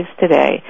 today